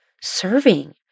serving